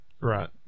Right